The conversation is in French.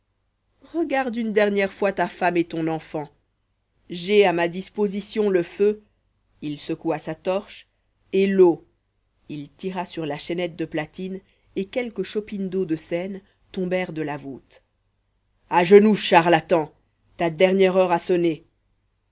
regarde une dernière fois ta femme et ton enfant j'ai à ma disposition le feu il secoua sa torche et l'eau il tira sur la chaînette de platine et quelques chopines d'eau de seine tombèrent de la voûte à genoux charlatan ta dernière heure a sonné